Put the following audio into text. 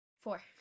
Four